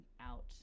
out